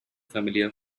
familiar